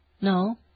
No